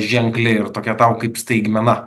ženkli ir tokia tau kaip staigmen